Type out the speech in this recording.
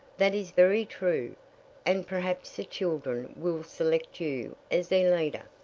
that is very true and perhaps the children will select you as their leader.